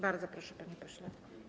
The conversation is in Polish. Bardzo proszę, panie pośle.